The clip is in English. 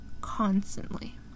constantly